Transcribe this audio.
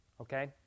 okay